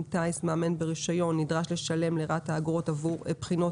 טיס מאמן ברישיון נדרש לשלם לרת"א אגרות עבור בחינות